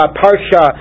parsha